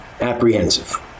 apprehensive